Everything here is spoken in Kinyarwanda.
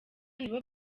nibo